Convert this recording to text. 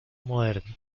moderno